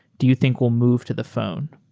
do you think will move to the phone?